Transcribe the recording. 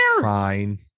Fine